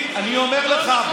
אני אומר לך,